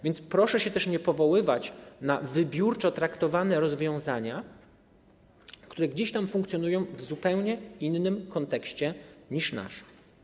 Więc proszę się też nie powoływać na wybiórczo traktowane rozwiązania, które gdzieś tam funkcjonują w zupełnie innym kontekście niż nasz.